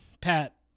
Pat